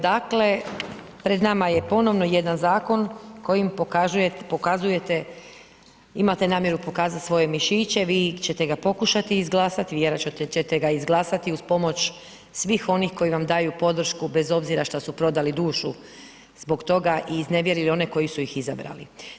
Dakle pred nama je ponovno jedan zakon kojim pokazujete, imate namjeru pokazati svoje mišiće, vi ćete ga pokušati izglasati, vjerojatno ćete ga izglasati uz pomoć svih onih koji vam daju podršku bez obzira šta su prodali dušu, zbog toga i iznevjerili one koji ih izabrali.